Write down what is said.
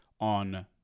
on